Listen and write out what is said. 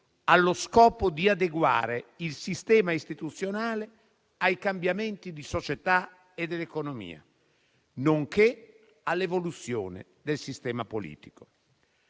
allo scopo di adeguare il sistema istituzionale ai cambiamenti della società e dell'economia, nonché all'evoluzione del sistema politico.